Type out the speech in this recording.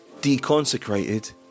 Deconsecrated